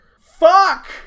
Fuck